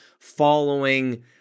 following